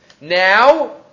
Now